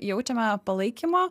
jaučiame palaikymą